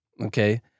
Okay